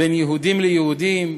בין יהודים ליהודים,